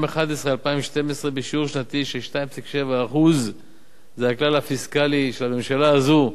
2012 בשיעור שנתי של 2.7%. זה הכלל הפיסקלי של הממשלה הזו,